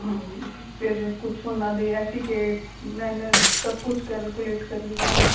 ਹਾਂਜੀ ਫੇਰ ਕੁਛ ਉਨ੍ਹਾਂ ਦੇ ਐਡੀਕੇਟ ਮੈਨਰ ਸਭ ਕੁਛ ਕੇਲਕੂਲੇਟ ਕਰੀਏ ਤਾਂ